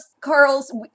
Carl's